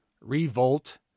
Revolt